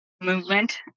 movement